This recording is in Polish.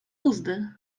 uzdy